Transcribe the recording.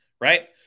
right